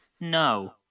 no